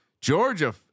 Georgia